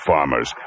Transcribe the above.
Farmers